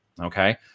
okay